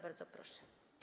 Bardzo proszę.